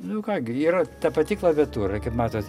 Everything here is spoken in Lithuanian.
nu ką gi yra ta pati klaviatūra kaip matot